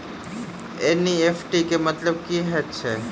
NEFT केँ मतलब की हएत छै?